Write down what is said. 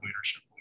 leadership